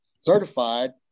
certified